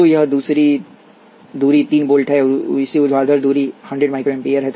तो यह दूरी 3 वोल्ट है और इसी ऊर्ध्वाधर दूरी 100 माइक्रो एम्पीयर है